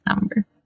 number